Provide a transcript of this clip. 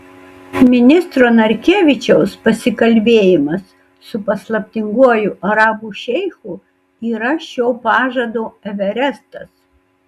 ministro narkevičiaus pasikalbėjimas su paslaptinguoju arabų šeichu yra šio pažado everestas